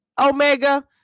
omega